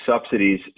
subsidies